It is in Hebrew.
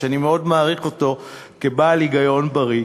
שאני מאוד מעריך אותו כבעל היגיון בריא,